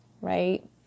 right